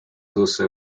also